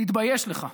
תתבייש לך.